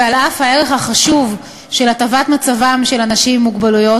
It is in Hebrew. ועל אף הערך החשוב של הטבת מצבם של אנשים עם מוגבלויות,